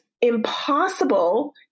impossible